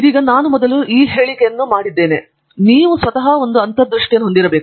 ಇದೀಗ ನಾನು ಮೊದಲು ಈ ಹೇಳಿಕೆಯನ್ನು ಮಾಡಿದ್ದೇನೆ ಎಂದು ನೀವು ಭಾವಿಸಿದರೆ ನೀವು ಒಂದು ಅಂತರ್ದೃಷ್ಟಿಯನ್ನು ಹೊಂದಿರಬೇಕು